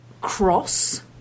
cross